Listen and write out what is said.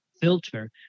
filter